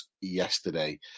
yesterday